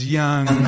young